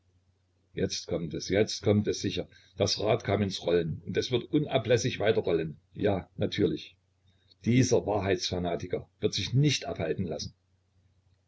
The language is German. jetzt kommt es ja jetzt kommt es sicher das rad kam ins rollen und es wird unablässig weiter rollen ja natürlich dieser wahrheitsfanatiker wird sich nicht abhalten lassen